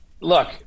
look